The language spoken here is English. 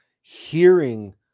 hearing